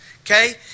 okay